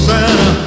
Santa